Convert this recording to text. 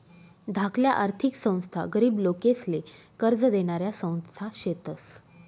धाकल्या आर्थिक संस्था गरीब लोकेसले कर्ज देनाऱ्या संस्था शेतस